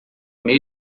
meu